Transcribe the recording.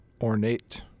ornate